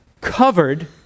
covered